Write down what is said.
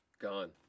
Gone